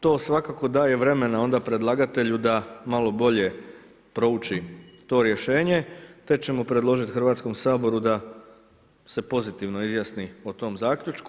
To svakako daje vremena onda predlagatelju da malo bolje prouči to rješenje te ćemo predložiti Hrvatskom saboru da se pozitivno izjasni o tom zaključku.